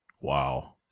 Wow